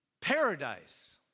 paradise